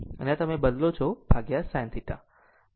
અને આ તમે બદલો sin θ